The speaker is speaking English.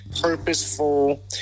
purposeful